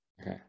Okay